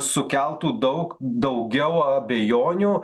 sukeltų daug daugiau abejonių